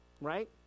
right